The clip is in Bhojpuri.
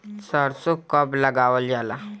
सरसो कब लगावल जाला?